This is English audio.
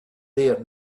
there